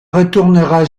retournera